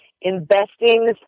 investing